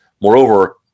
Moreover